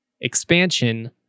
expansion